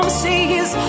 seas